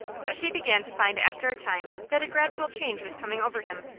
but she began to find after a time that a gradual change was coming over him.